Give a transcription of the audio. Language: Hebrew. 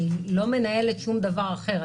אני לא מנהלת שום דבר אחר.